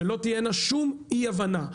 שלא תהינה שום אי הבנה.